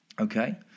okay